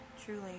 truly